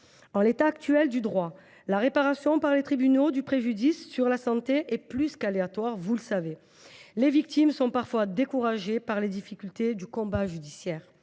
En l’état actuel du droit, la réparation par les tribunaux du préjudice sur la santé est plus qu’aléatoire. Les victimes, lorsqu’elles ne sont pas découragées par les difficultés du combat judiciaire,